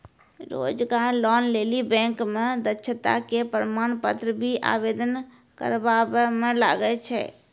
रोजगार लोन लेली बैंक मे दक्षता के प्रमाण पत्र भी आवेदन करबाबै मे लागै छै?